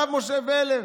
הרב משה ולר,